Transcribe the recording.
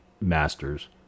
Masters